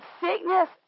sickness